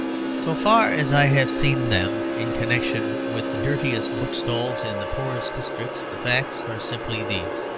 so far as i have seen them, in connection with the dirtiest book-stalls in the poorest districts, the facts are simply these